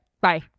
Bye